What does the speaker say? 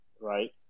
right